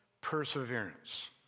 perseverance